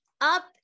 up